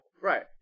Right